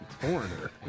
foreigner